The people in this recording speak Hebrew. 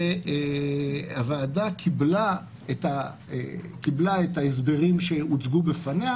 והוועדה קיבלה את ההסברים שהוצגו בפניה,